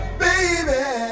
baby